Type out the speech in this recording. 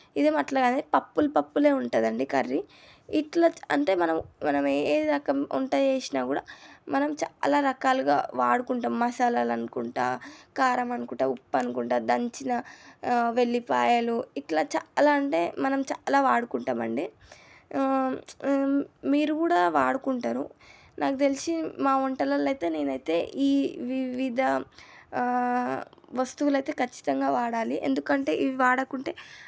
ఇదేం అట్ల కాదు అండి పప్పులు పప్పులే ఉంటుంది అండి కర్రీ ఇట్లా అంటే మనం మనం ఏ రకం వంట చేసినా కూడా మనం చాలా రకాలుగా వాడుకుంటాము మసాలాలు అనుకుంటాను కారం అనుకుంటాను ఉప్పు అనుకుంటాను దంచిన వెల్లిపాయలు ఇట్లా చాలా అంటే మనం చాలా వాడుకుంటాము అండి మీరు కూడా వాడుకుంటారు నాకు తెలిసి మా వంటలలో అయితే నేను అయితే ఈ వివిధ వస్తువులు అయితే ఖచ్చితంగా వాడాలి ఎందుకంటే ఇవి వాడకుంటే